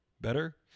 Better